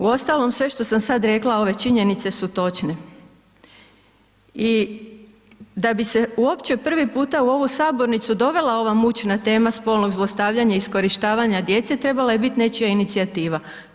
Uostalom, sve što sam sad rekla ove činjenice su točne i da bi se uopće prvi puta u ovu sabornicu dovela ova mučna tema spolnog zlostavljanja i iskorištavanja djece, trebala je biti nečija inicijativa.